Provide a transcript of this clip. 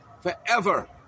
forever